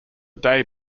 day